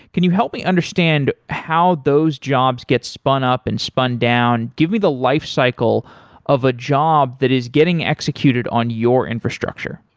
can you help me understand how those jobs get spun up and spun down? give me the lifecycle of a job that is getting executed on your infrastructure.